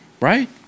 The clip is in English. right